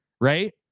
right